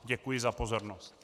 Děkuji za pozornost.